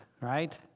right